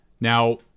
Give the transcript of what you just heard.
Now